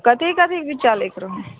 कथी कथीके बीच्चा लैके रहय